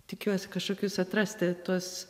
tikiuosi kažkokius atrasti tuos